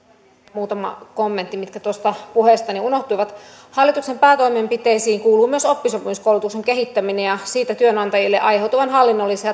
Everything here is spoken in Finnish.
muutama kommentti mitkä tuosta puheestani unohtuivat hallituksen päätoimenpiteisiin kuuluu myös oppisopimuskoulutuksen kehittäminen ja siitä työnantajille aiheutuvan hallinnollisen